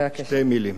שתי מלים.